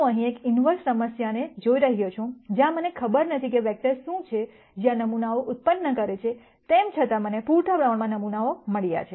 હું અહીં એક ઈન્વર્સ સમસ્યાને જોઈ રહ્યો છું જ્યાં મને ખબર નથી કે વેક્ટર શું છે જે આ નમૂનાઓ ઉત્પન્ન કરે છે તેમ છતાં મને પૂરતા પ્રમાણમાં નમૂનાઓ મળ્યા છે